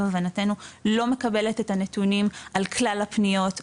הבנתינו לא מקבלת את הנתונים על כלל הפניות,